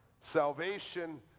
Salvation